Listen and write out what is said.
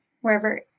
wherever